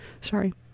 sorry